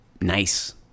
nice